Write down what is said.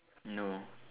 no